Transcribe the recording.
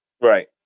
Right